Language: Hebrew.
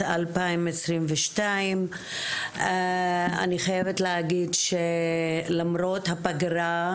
אני חייבת להגיד שלמרות הפגרה,